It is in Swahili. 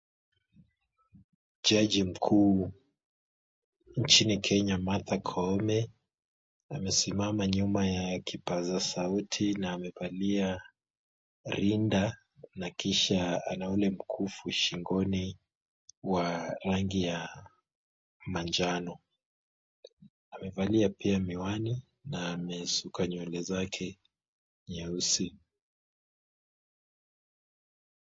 Jaji mkuu nchini Kenya, Martha Koome, amesimama nyuma ya kipaza sauti na amevalia rinda na kisha ana ule mkufu shingoni wa rangi ya manjano, amevalia pia miwani na ameshuka nywele zake nyeusi.